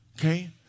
Okay